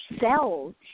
cells